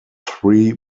three